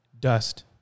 Dust